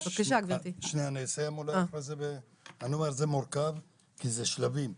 כי זה בשלבים.